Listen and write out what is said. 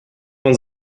man